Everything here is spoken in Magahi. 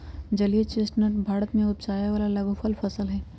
जलीय चेस्टनट भारत में उपजावे वाला लघुफल फसल हई